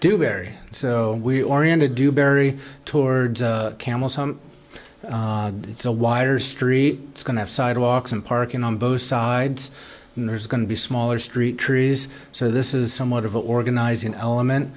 so we oriented dewberry towards camels it's a wider street it's going to have sidewalks and parking on both sides and there's going to be smaller street trees so this is somewhat of an organizing element